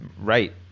Right